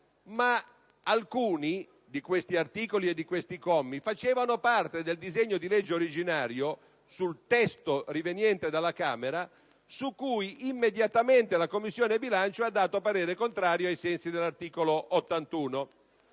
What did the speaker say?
ma alcuni di questi articoli e di questi commi facevano parte del disegno di legge originario, nel testo riveniente dalla Camera, su cui immediatamente la Commissione bilancio ha espresso parere contrario ai sensi dell'articolo 81